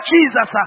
Jesus